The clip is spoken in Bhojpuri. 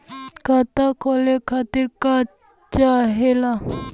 खाता खोले खातीर का चाहे ला?